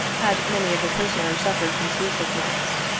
had many of the prisoners suffered from sea sickness.